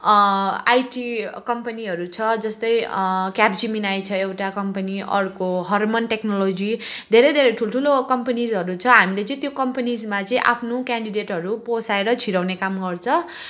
IT कम्पनीहरू छ जस्तै क्याप्चीमिनाइ छ एउटा कम्पनी अर्को हर्मन टेक्नोलोजी धेरै धेरै ठुलो ठुलो कम्पनिजहरू छ हामीले चाहिँ त्यो कम्पनिजमा चाहिँ आफ्नो क्यान्डिडेटहरू पसाएर छिराउने काम गर्छ